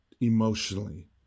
emotionally